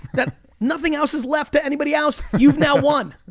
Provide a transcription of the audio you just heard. then nothing else is left to anybody else. you've now won.